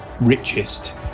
richest